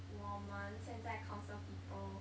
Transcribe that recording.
我们现在 counsel people